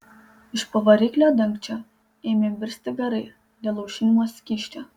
iš po variklio dangčio ėmė virsti garai dėl aušinimo skysčio